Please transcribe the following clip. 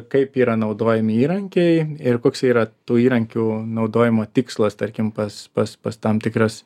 kaip yra naudojami įrankiai ir koks yra tų įrankių naudojimo tikslas tarkim pas pas pas tam tikras